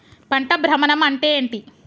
పంట భ్రమణం అంటే ఏంటి?